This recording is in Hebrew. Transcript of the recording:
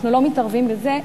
אנחנו לא מתערבים בזה,